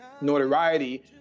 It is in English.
notoriety